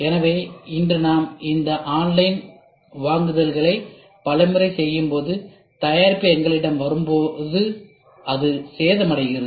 எனவே இன்று நாம் இந்த ஆன்லைன் வாங்குதல்களை பல முறை செய்யும்போது தயாரிப்பு எங்களிடம் வரும்போது அது சேதமடைகிறது